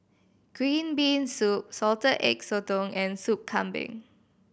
green bean soup Salted Egg Sotong and Sup Kambing